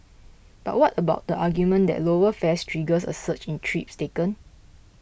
but what about the argument that lower fares triggers a surge in trips taken